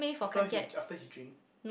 after he after he drink